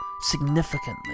significantly